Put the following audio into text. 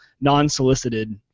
non-solicited